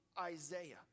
Isaiah